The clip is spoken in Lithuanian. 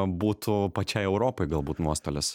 būtų pačiai europai galbūt nuostolis